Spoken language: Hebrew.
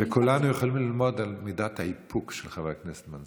וכולנו יכולים ללמוד על מידת האיפוק של חבר הכנסת מנסור.